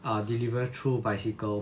are deliver through bicycle